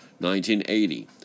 1980